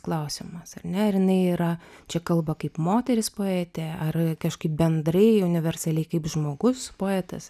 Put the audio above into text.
klausimas ar ne ir jinai yra čia kalba kaip moteris poetė ar kažkaip bendrai universaliai kaip žmogus poetas